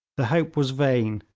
the hope was vain,